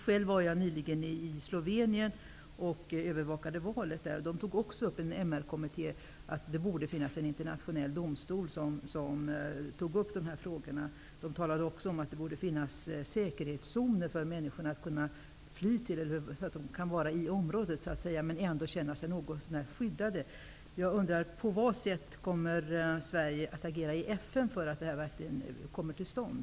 Själv var jag nyligen i Slovenien för att övervaka valet. Där tog man i en MR-kommitté upp att det borde bildas en internationell domstol för dessa frågor. Man talade också om att säkerhetszoner borde finnas så att människorna kan vara i området och ändå känna sig något så när skyddade. På vilket sätt kommer Sverige att agera i FN för att en tribunal verkligen kommer till stånd?